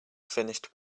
finished